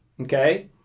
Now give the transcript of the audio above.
Okay